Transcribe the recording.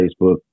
Facebook